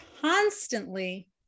constantly